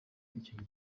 icyo